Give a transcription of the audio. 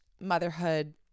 motherhood